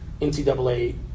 NCAA